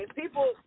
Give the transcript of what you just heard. people